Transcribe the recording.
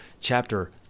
chapter